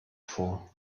vor